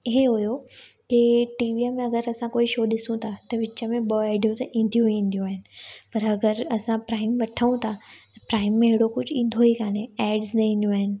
हीअ हुयो के टीवीअ में अगरि असां कोई शो ॾिसूं था त विच में ॿ एडियूं त ईंदियूं ई ईंदियूं आहिनि पर अगरि असां प्राइम वठूं था त प्राइम में अहिड़ो कुझु ईंदो ई कोन्हे एड्स न ईंदियूं आहिनि